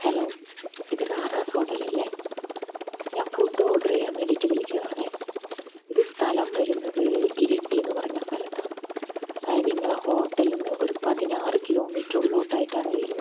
hello ഇത് റാറാസ് ഹോട്ടലല്ലേ ഞാൻ ഫുഡ് ഓഡർ ചെയ്യാൻ വേണ്ടിട്ട് വിളിച്ചതാണെ ഇത് സ്ഥലം വരുന്നത് ഇരിട്ടിന്ന് പറഞ്ഞ സ്ഥലത്താണ് അതായത് നിങ്ങളുടെ ഹോട്ടലിന്ന് ഒരു പതിനാറ് കിലോമീറ്റർ ഉള്ളിലോട്ട് ആയിട്ടാണ് വരുക